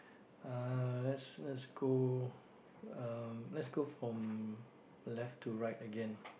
uh let's let's go uh let's go from left to right again